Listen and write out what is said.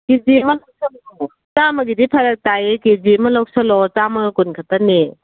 ꯀꯦ G ꯑꯃ ꯆꯥꯝꯃꯒꯤꯗꯤ ꯐꯔꯛ ꯇꯥꯏꯌꯦ ꯀꯦ ꯖꯤ ꯑꯃ ꯂꯧꯁꯤꯜꯂꯣ ꯆꯥꯝꯃꯒ ꯀꯨꯟ ꯈꯇꯪꯅꯦ